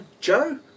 Joe